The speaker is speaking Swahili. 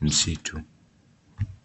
msitu.